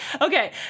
Okay